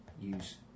use